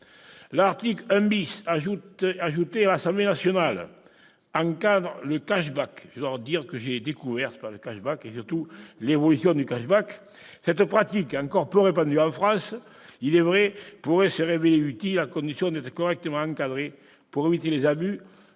L'article 1, ajouté à l'Assemblée nationale, encadre le, dont, je l'avoue, j'ai découvert l'existence et, surtout, l'évolution. Cette pratique, encore peu répandue en France il est vrai, pourrait se révéler utile, à condition d'être correctement encadrée, pour éviter les abus,